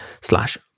slash